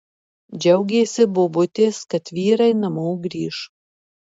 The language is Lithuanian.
džiaugėsi bobutės kad vyrai namo grįš